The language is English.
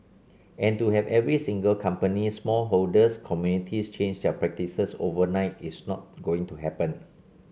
and to have every single company small holders communities change their practices overnight is not going to happen